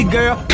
girl